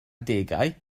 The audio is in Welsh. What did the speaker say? adegau